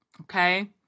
okay